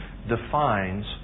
defines